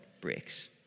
breaks